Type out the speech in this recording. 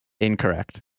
Incorrect